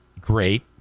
great